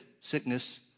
sickness